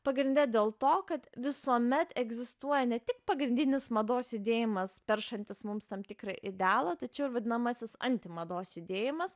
pagrinde dėl to kad visuomet egzistuoja ne tik pagrindinis mados judėjimas peršantis mums tam tikrą idealą tačiau vadinamasis anti mados judėjimas